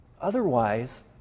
Otherwise